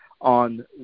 on